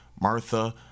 Martha